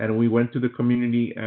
and we went to the community.